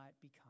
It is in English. become